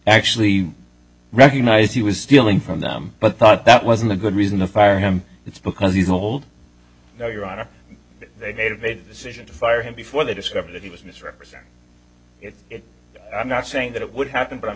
actually recognize he was stealing from them but thought that wasn't a good reason to fire him it's because he's old now you're on a date of a decision to fire him before they discover that he was misrepresenting it i'm not saying that it would happen but i'm